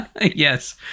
Yes